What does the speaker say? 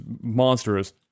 monstrous